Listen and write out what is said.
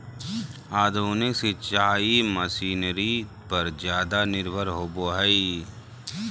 आधुनिक सिंचाई मशीनरी पर ज्यादा निर्भर होबो हइ